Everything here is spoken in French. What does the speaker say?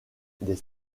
des